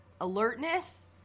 alertness